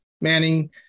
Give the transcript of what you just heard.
Manning